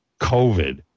COVID